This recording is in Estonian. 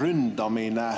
ründamine.